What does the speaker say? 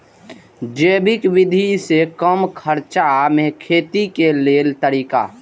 जैविक विधि से कम खर्चा में खेती के लेल तरीका?